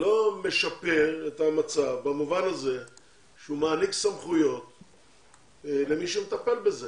לא משפר את המצב במובן הזה שהוא מעניק סמכויות למי שמטפל בזה?